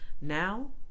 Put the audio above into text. Now